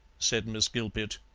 said miss gilpet.